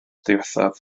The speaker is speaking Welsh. ddiwethaf